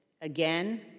again